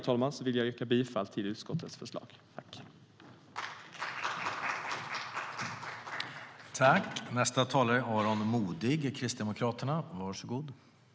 Med detta vill jag yrka bifall till utskottets förslag.